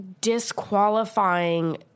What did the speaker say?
disqualifying